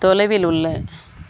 தொலைவில் உள்ள